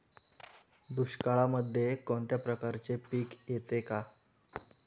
दुष्काळामध्ये कोणत्या प्रकारचे पीक येते का?